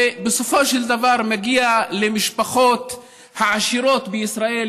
שבסופו של דבר מגיע למשפחות העשירות בישראל,